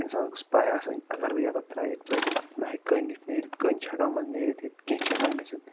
اِنسانَس گٔژھ پاے آسٕنۍ اَگر بہٕ یَتتھ تراوٕ یِتھ پٲٹھۍ مےٚ ہٮ۪کہِ کٔنۍ یِتھ نیٖرِتھ کٔنۍ چھِ ہٮ۪کان منٛز نیٖرِتھ کیٚنہہ چھِ ہٮ۪کان گٔژھِتھ